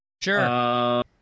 Sure